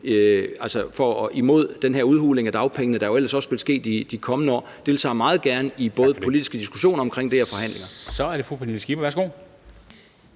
og gå imod den her udhuling af dagpengene, der jo ellers også vil ske i de kommende år. Vi deltager meget gerne i både politiske diskussioner og forhandlinger omkring det. Kl.